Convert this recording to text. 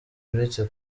uretse